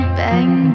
bang